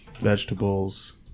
vegetables